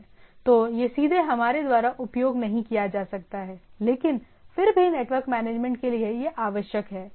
तो यह सीधे हमारे द्वारा उपयोग नहीं किया जा सकता है लेकिन फिर भी नेटवर्क मैनेजमेंट के लिए यह आवश्यक है